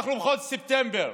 אנחנו בחודש ספטמבר.